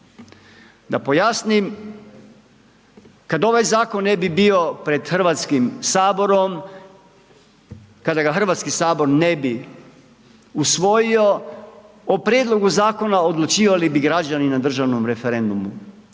Da pojasnim, kad ovaj zakon ne bi bio pred HS, kada ga HS ne bi usvojio, o prijedlogu zakona odlučivali bi građani na državnom referendumu,